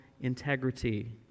integrity